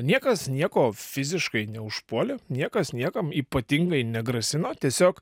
niekas nieko fiziškai neužpuolė niekas niekam ypatingai negrasino tiesiog